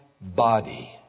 body